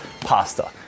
pasta